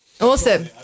Awesome